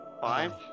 Five